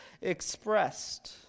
expressed